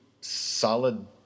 solid